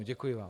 Děkuji vám.